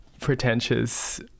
pretentious